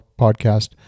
podcast